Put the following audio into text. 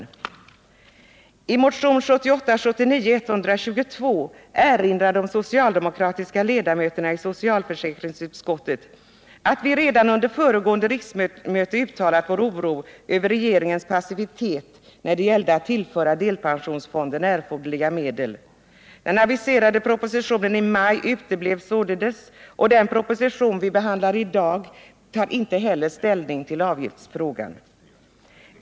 I motion 1978/ 79:122 erinrar de socialdemokratiska ledamöterna i socialförsäkringsutskottet om att vi redan under föregående riksmöte uttalade vår oro över regeringens passivitet när det gällde att tillföra delpensionsfonden erforderliga medel. Den aviserade propositionen i maj uteblev således, och den proposition vi behandlar i dag tar inte heller den ställning till avgiftsfrågan.